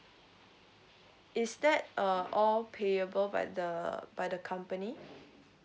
is that err all payable by the by the company